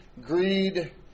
greed